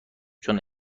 چون